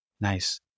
Nice